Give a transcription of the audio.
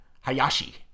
Hayashi